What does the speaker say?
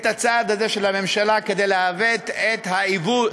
על הצעד הזה של הממשלה כדי לעוות את העיוות,